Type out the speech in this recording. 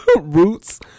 Roots